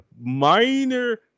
minor